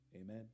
Amen